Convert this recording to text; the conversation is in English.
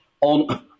on